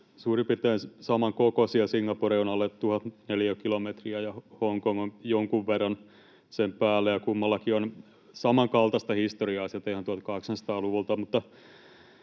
suurin piirtein samankokoisia — Singapore on alle tuhat neliökilometriä ja Hongkong on jonkun verran sen päälle — ja kummallakin on samankaltaista historiaa ihan 1800-luvulta.